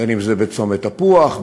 בין שזה בצומת תפוח,